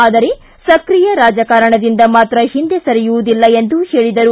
ಆದರೆ ಸಕ್ರಿಯ ರಾಜಕಾರಣದಿಂದ ಮಾತ್ರ ಹಿಂದೆ ಸರಿಯುವುದಿಲ್ಲ ಎಂದು ಹೇಳಿದರು